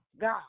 God